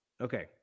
Okay